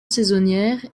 saisonnière